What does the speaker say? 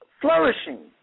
flourishing